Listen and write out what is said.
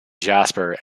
jasper